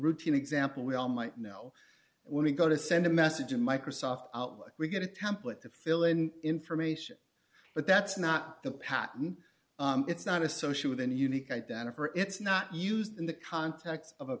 routine example we all might know when we go to send a message to microsoft outlook we get a template to fill in information but that's not the patten it's not a social with an unique identifier it's not used in the context of a